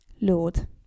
Lord